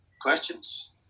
questions